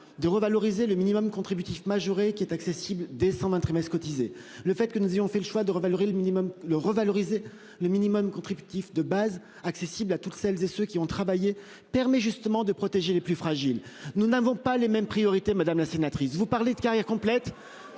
de revaloriser le minimum contributif majoré qui est accessible des 120 trimestres cotisés, le fait que nous ayons fait le choix de revaloriser le minimum le revaloriser le minimum contributif de base accessible à toutes celles et ceux qui ont travaillé permet justement de protéger les plus fragiles. Nous n'avons pas les mêmes priorités Madame la sénatrice. Vous parlez de carrière complète